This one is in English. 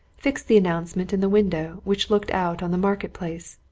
fixed the announcement in the window which looked out on the market-place,